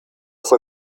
fue